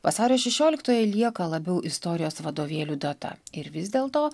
vasario šešioliktoji lieka labiau istorijos vadovėlių data ir vis dėlto